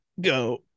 go